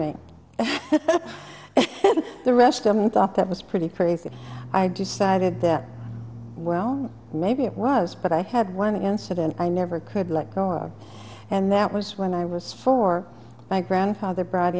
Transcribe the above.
and the rest of them thought that was pretty crazy i decided that well maybe it was but i had one incident i never could let go of and that was when i was four my grandfather bro